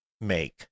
make